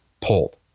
pulled